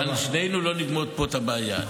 שנינו לא נגמור פה את הבעיה.